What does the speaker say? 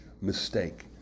mistake